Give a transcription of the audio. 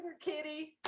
kitty